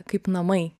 kaip namai